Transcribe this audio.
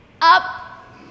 up